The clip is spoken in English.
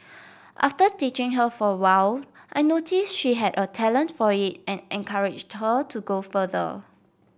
after teaching her for a while I noticed she had a talent for it and encouraged her to go further